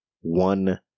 One